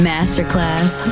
Masterclass